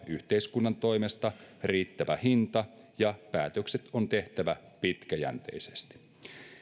yhteiskunnan toimesta riittävä hinta ja päätökset on tehtävä pitkäjänteisesti